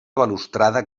balustrada